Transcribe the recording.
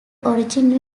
oregon